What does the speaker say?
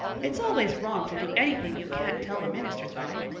it's always wrong to do anything you can't tell the minister's wife.